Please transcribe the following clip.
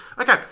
Okay